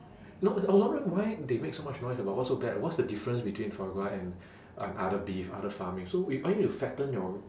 no I was wondering why they make so much noise about what's so bad about what's the difference between foie gras and and other beef other farming so we I need to fatten your